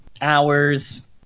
hours